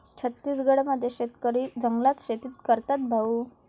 छत्तीसगड मध्ये शेतकरी जंगलात शेतीच करतात भाऊ